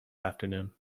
afternoon